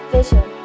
Vision